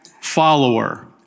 follower